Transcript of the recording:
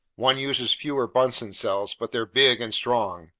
one uses fewer bunsen cells, but they're big and strong,